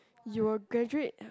you are graduate